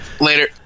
Later